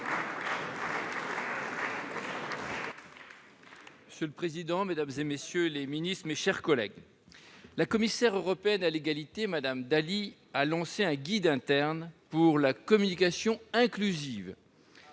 Monsieur le président, mesdames, messieurs les ministres, mes chers collègues, la commissaire européenne à l'égalité, Mme Dalli, a publié un guide interne pour la communication inclusive.